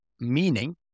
meaning